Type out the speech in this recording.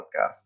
podcast